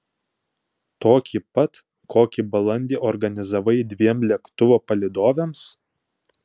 tokį pat kokį balandį organizavai dviem lėktuvo palydovėms